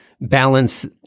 balance